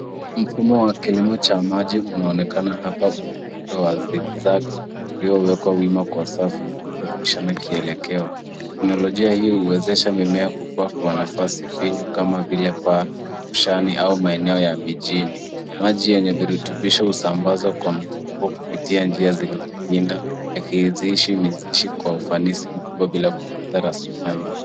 Mfumo wa kilimo cha maji unaonekana hapa, una muundo wa zigzag uliowekwa wima kwa safu zinazopishana kielekeo. Teknolojia hii huwezesha mimea kukua kwa nafasi finyu kama vile paa, roshani au maeneo ya mijini. Maji yenye virutubisho husambazwa kwa mzunguko kupitia njia zilizopinda, yakiizishi mizizi kwa ufanisi mkubwa bila kupoteza rasilimali nyingi.